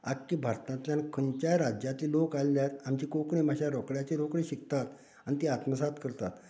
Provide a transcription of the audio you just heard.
आख्खी भारतांतल्यान खंयच्याय भारतांतले लोक आयले जायत आमची कोंकणी भाशा रोखड्याचे रोखडे शिकतात आनी तीं आत्मसाद करता